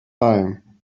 time